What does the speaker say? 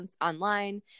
online